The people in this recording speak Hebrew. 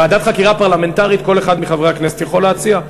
ועדת חקירה פרלמנטרית כל אחד מחברי הכנסת יכול להציע,